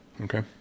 Okay